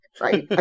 right